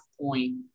point